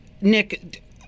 Nick